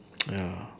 ya